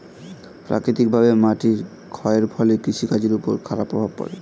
প্রাকৃতিকভাবে মাটির ক্ষয়ের ফলে কৃষি কাজের উপর খারাপ প্রভাব পড়ে